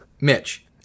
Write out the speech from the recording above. Mitch